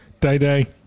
Day-Day